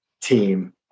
team